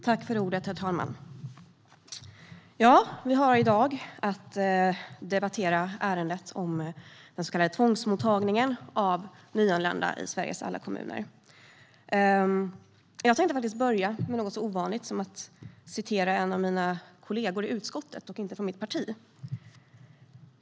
Herr talman! Vi har i dag att debattera ärendet om den så kallade tvångsmottagningen av nyanlända i Sveriges alla kommuner. Jag tänkte börja med något så ovanligt som att citera en av mina kollegor i utskottet, men inte från mitt parti.